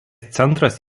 centras